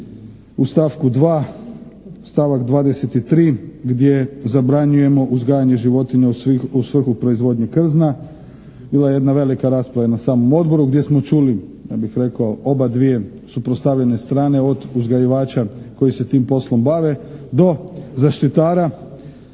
u stavku 2. stavak 23. gdje zabranjujemo uzgajanje životinja u vrhu proizvodnje krzna. Bila je jedna velika rasprava i na samom Odboru gdje smo čuli, ja bih rekao, obadvije suprotstavljene strane od uzgajivača koji se tim poslom bave do zaštitara.